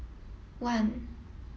one